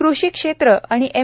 कृषी क्षेत्र आणि एम